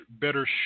better